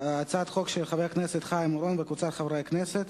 הצעת חוק של חבר הכנסת חיים אורון וקבוצת חברי הכנסת.